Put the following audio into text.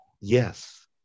yes